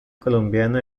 colombiana